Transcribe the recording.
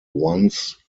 ones